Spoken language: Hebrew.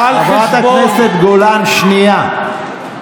חברת הכנסת גולן, שנייה.